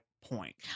point